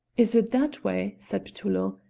is it that way? said petullo.